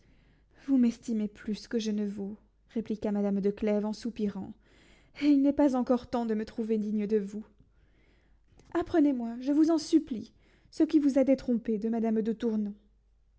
vous m'estimez plus que je ne vaux répliqua madame de clèves en soupirant et il n'est pas encore temps de me trouver digne de vous apprenez-moi je vous en supplie ce qui vous a détrompé de madame de tournon